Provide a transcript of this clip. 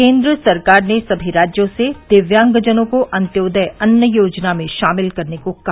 केंद्र सरकार ने सभी राज्यों से दिव्यांगजनों को अंत्योदय अन्न योजना में शामिल करने को कहा